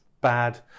bad